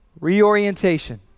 reorientation